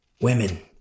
Women